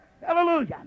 Hallelujah